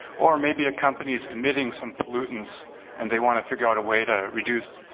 or maybe a company's emitting some pollutants and they wanna figure out a way to reduce